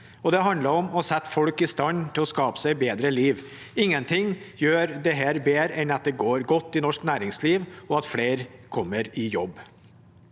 det handler om å sette folk i stand til å skape seg et bedre liv. Ingenting gjør dette bedre enn at det går godt i norsk næringsliv, og at flere kommer i jobb.